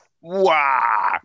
wow